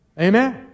Amen